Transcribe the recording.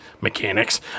mechanics